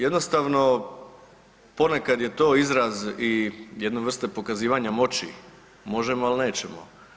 Jednostavno ponekad je to izraz i jedne vrste pokazivanja moći možemo, al nećemo.